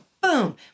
boom